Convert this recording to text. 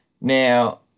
Now